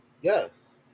Yes